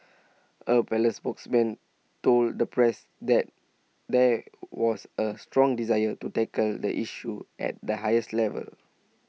A palace spokesman told the press that there was A strong desire to tackle the issue at the highest levels